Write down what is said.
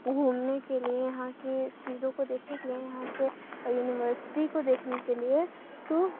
گھومنے کے لیے یہاں کی چیزوں کو دیکھنے کے لیے یہاں کے یونیورسٹی کو دیکھنے کے لیے تو